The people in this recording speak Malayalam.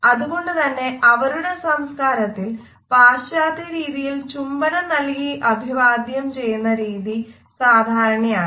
അതുകൊണ്ടു തന്നെ അവരുടെ സംസ്കാരത്തിൽ പാശ്ചാത്യരീതിയിൽ ചുംബനം നൽകി അഭിവാദ്യം ചെയ്യുന്ന രീതി സാധാരണയാണ്